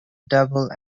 double